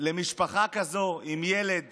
שלמשפחה כזאת עם ילד